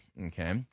Okay